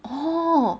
orh